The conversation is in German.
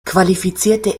qualifizierte